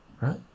right